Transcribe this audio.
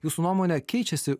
jūsų nuomone keičiasi